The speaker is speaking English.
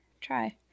try